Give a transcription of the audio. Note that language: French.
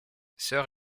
sœur